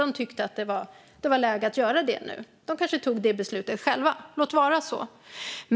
De tyckte kanske att det var läge att göra detta och tog beslutet själva. Må så vara.